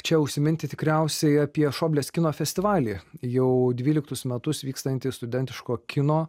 čia užsiminti tikriausiai apie šoblės kino festivalį jau dvyliktus metus vykstantį studentiško kino